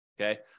Okay